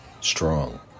strong